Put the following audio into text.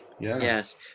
Yes